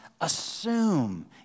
assume